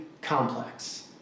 complex